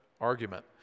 argument